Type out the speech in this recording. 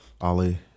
Ali